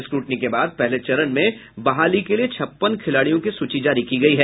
scrutiny के बाद पहले चरण में बहाली के लिए छप्पन खिलाड़ियों की सूची जारी की गयी है